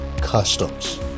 Customs